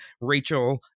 Rachel